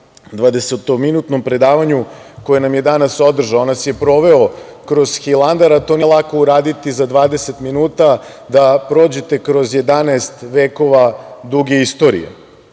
dvadesetominutnom predavanju koje nam je danas održao. On nas je proveo kroz Hilandar, a to nije lako uraditi za 20 minuta, da prođete kroz 11 vekova duge istorije. Naravno,